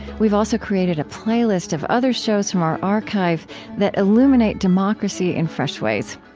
we've also created a playlist of other shows from our archives that illuminate democracy in fresh ways.